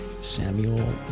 Samuel